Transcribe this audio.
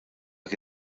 dak